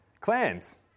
Clams